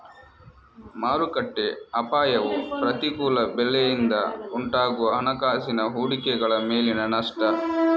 ಮಾರುಕಟ್ಟೆ ಅಪಾಯವು ಪ್ರತಿಕೂಲ ಬೆಲೆಯಿಂದ ಉಂಟಾಗುವ ಹಣಕಾಸಿನ ಹೂಡಿಕೆಗಳ ಮೇಲಿನ ನಷ್ಟ